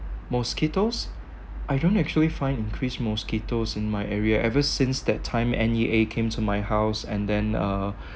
mosquitoes I don't actually find increased mosquitoes in my area ever since that time N_E_A came to my house and then uh